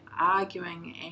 arguing